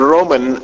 Roman